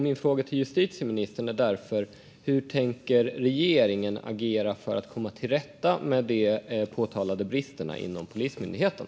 Min fråga till justitieministern är därför: Hur tänker regeringen agera för att komma till rätta med de påtalade bristerna inom Polismyndigheten?